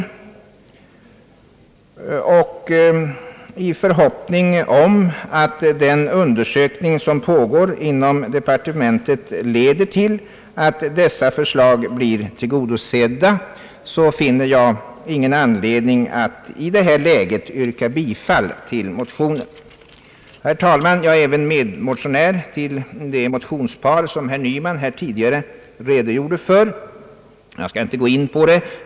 I förhoppning om att den undersökning som pågår inom departementet leder till att förslagen i motionen blir tillgodosedda finner jag ingen anledning att i detta läge yrka bifall till motionen. Herr talman! Jag är även medmotionär i det motionspar som herr Nyman tidigare redogjorde för. Jag skall inte gå in på det.